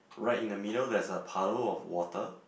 right in the middle there's a puddle of water